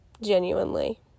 Genuinely